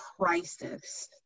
crisis